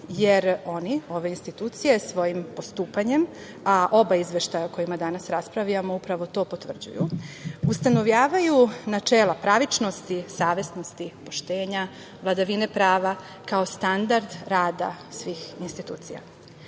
jer oni, ove institucije, svojim postupanjem, a oba izveštaja o kojima danas raspravljamo upravo to potvrđuju, ustanovljavaju načela pravičnosti, savesnosti, poštenja, vladavine prava, kao standard rada svih institucija. Izveštaj